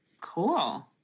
cool